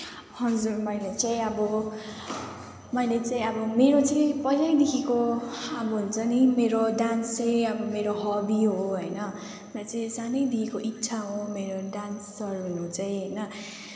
हजुर मैले चाहिँ अब मैले चाहिँ अब मेरो चाहिँ पहिल्यैदेखिको अब हुन्छ नि मेरो डान्स चाहिँ अब मेरो हबी हो होइन मेरो चाहिँ सानैदेखिको इच्छा हो मेरो डान्सर हुनु चाहिँ होइन